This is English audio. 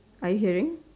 are you hearing